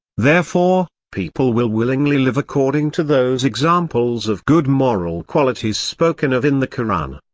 therefore, people will willingly live according to those examples of good moral qualities spoken of in the koran.